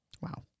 Wow